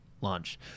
launch